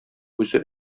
үзе